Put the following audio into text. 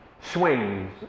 swings